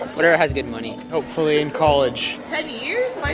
whatever has good money hopefully in college ten years?